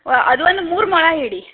ವ ಅದು ಒಂದು ಮೂರು ಮೊಳ ಇಡಿ